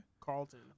Carlton